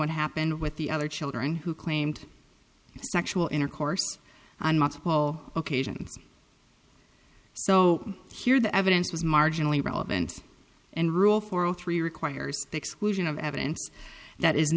what happened with the other children who claimed sexual intercourse on multiple occasions so here the evidence was marginally relevant and rule for all three requires the exclusion of evidence that is